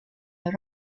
her